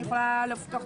אני יכולה לבדוק,